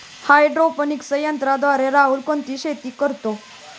Hydroponics तंत्रज्ञानाद्वारे राहुल कोणती शेती करतो?